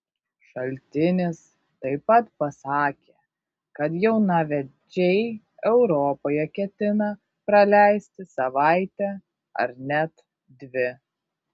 šaltinis taip pat pasakė kad jaunavedžiai europoje ketina praleisti savaitę ar net dvi